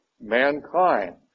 mankind